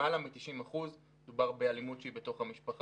למעלה מ-90 אחוזים - מדובר באלימות שהיא בתוך המשפחה